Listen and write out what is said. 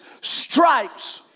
stripes